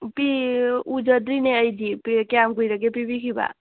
ꯄꯤ ꯎꯖꯗ꯭ꯔꯤꯅꯦ ꯑꯩꯗꯤ ꯀꯌꯥꯝ ꯀꯨꯏꯔꯒꯦ ꯄꯤꯕꯤꯈꯤꯕ